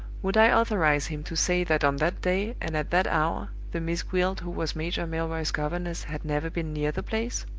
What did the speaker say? would i authorize him to say that on that day, and at that hour, the miss gwilt who was major milroy's governess had never been near the place?